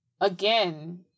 Again